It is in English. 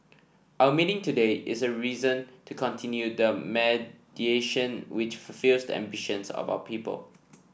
our meeting today is a reason to continue the mediation which fulfils the ambitions of our people